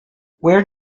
where